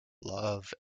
love